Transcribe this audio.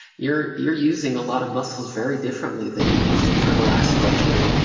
you're you're using a lot of muscles very differently than you've used them for the last decade.